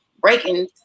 breaking